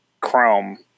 Chrome